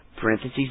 Parentheses